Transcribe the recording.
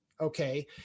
Okay